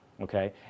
okay